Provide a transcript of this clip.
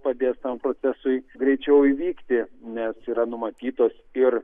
padės tam procesui greičiau įvykti nes yra numatytos ir